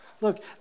Look